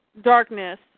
darkness